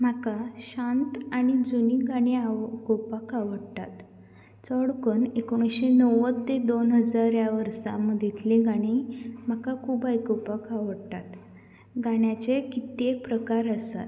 म्हाका शांत आनी जूनी गाणी आव आयकूपाक आवडटात चड करून एकोणिशें णव्वद ते दोन हजार ह्या वर्सां मदितलीं गाणीं म्हाका खूब आयकूपाक आवडटात गाण्याचे कित्येंक प्रकार आसात